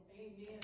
Amen